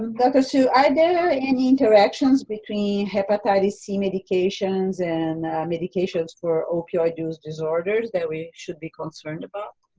dr. tsui, are there are any interactions between hepatitis c medications and medications for opioid use disorders that we should be concerned about?